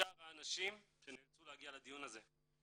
ולא אחטא אם אומר שגם בשם יהודי אתיופיה בית ישראל,